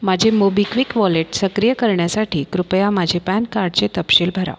माझे मोबिक्विक वॉलेट सक्रिय करण्यासाठी कृपया माझे पॅन कार्डचे तपशील भरा